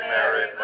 Mary